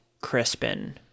Crispin